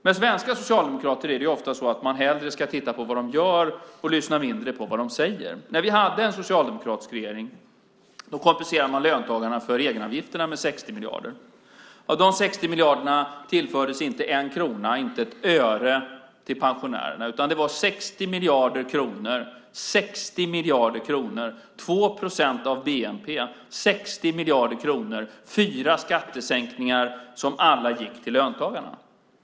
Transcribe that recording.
Med svenska socialdemokrater är det ofta så att man mer ska titta på vad de gör och mindre lyssna på vad de säger. När vi hade en socialdemokratisk regering kompenserades löntagarna för egenavgifterna med 60 miljarder. Av dessa 60 miljarder tillfördes inte en krona, inte ett öre, till pensionärerna. Det var 60 miljarder kronor, 2 procent av bnp, fyra skattesänkningar, som gick till löntagarna.